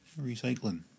Recycling